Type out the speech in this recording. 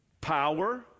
power